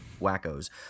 wackos